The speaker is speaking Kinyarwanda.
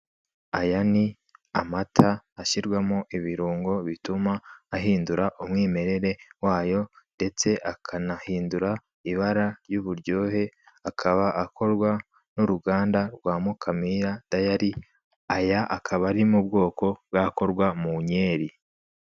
Aya ni amata ashyirwamo ibirungo bituma ahindura umwimerere wayo ndetse akanahindura ibara y'uburyohe akaba akorwa n'uruganda rwa Mukamira dayari, aya akaba ari mu bwoko bwakorwa mu nyeri.